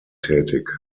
tätig